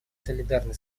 солидарны